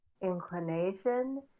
inclination